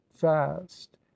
fast